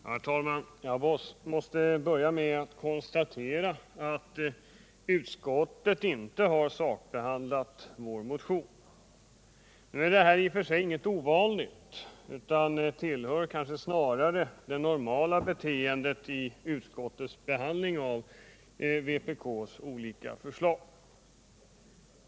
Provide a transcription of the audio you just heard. Herr talman! Jag måste börja med att konstatera att utskottet inte har sakbehandlat vår motion. Nu är detta inget ovanligt utan tillhör kanske det normala beteendet i utskottets behandling av vpk:s olika förslag.